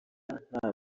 nta